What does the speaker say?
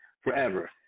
forever